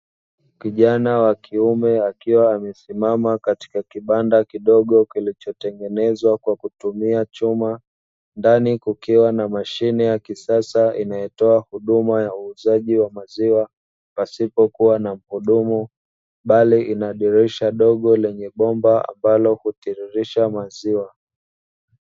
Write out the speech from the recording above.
Kijana wa kiume akiwa amesimama katika kibanda kidogo kilichotengenezwa kwa kutumia chuma, ndani kukiwa na mashine ya kisasa inayotoa huduma ya uuzaji wa maziwa pasipokuwa na mhudumu bali ina dirisha dogo lenye bomba ambalo hutiririsha maziwa.